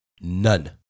none